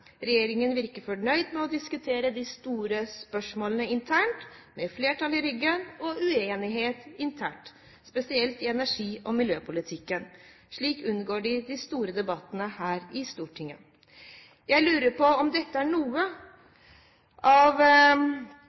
Regjeringen virker fornøyd med å diskutere de store spørsmålene internt. Med flertall i ryggen og uenighet internt, spesielt i energi- og miljøpolitikken, unngår den de store debattene her i Stortinget. Jeg lurer på om dette er noe av